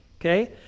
okay